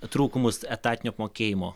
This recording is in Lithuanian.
trūkumus etatinio apmokėjimo